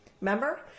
Remember